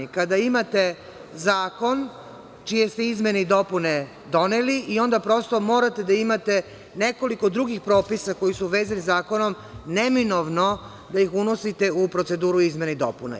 Kada imate zakon čije ste izmene i dopune doneli i onda prosto morate da imate nekoliko drugih propisa koji su vezani zakonom, neminovno da ih unosite u proceduru izmena i dopuna.